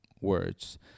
words